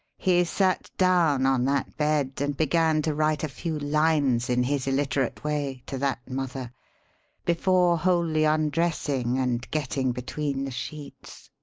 he sat down on that bed and began to write a few lines in his illiterate way to that mother before wholly undressing and getting between the sheets.